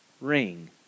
ring